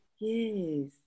Yes